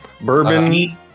bourbon